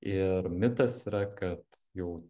ir mitas yra kad jau